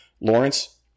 Lawrence